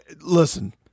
listen